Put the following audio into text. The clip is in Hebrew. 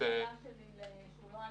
אתה מבקש מהמשטרה לממש את האחריות שלה ולעשות,